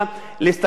יש מצב,